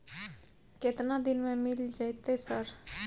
केतना दिन में मिल जयते सर?